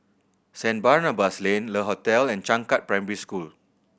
Saint Barnabas Lane Le Hotel and Changkat Primary School